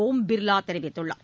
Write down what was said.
ஒம் பிர்வா தெரிவித்துள்ளார்